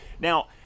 Now